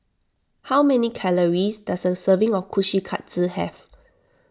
how many calories does a serving of Kushikatsu have